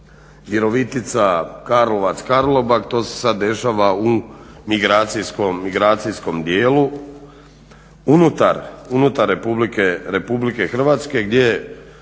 Virovitica – Karlovac – Karlobag to se sad dešava u migracijskom dijelu unutar Republike Hrvatske gdje ljudi